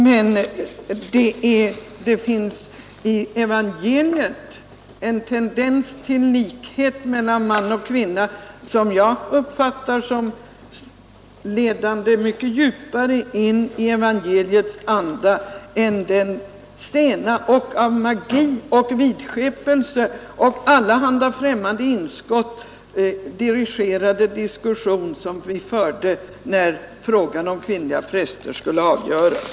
Men det finns i evangeliet en tendens till likhet mellan man och kvinna som jag uppfattar såsom ledande mycket djupare in i evangeliets anda än den sena och av magi, vidskepelse och allehanda främmande inslag dirigerade diskussion som vi förde, när frågan om kvinnliga präster skulle avgöras.